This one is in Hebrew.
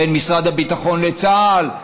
בין משרד הביטחון לצה"ל,